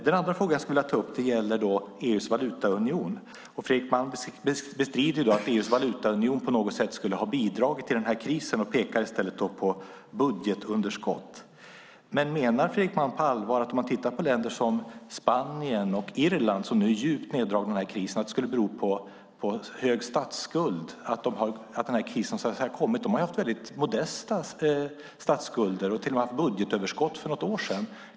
Den andra frågan jag skulle vilja ta upp gäller EU:s valutaunion. Fredrik Malm bestrider att EU:s valutaunion på något sätt skulle ha bidragit till krisen och pekar i stället på budgetunderskott. Menar Fredrik Malm på allvar att det för länder som Spanien och Irland, som nu är djupt neddragna i krisen, skulle bero på en hög statsskuld att krisen har kommit? De har ju haft väldigt modesta statsskulder och till och med budgetöverskott för något år sedan.